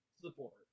support